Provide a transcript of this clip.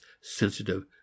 sensitive